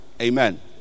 Amen